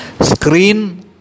Screen